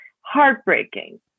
heartbreaking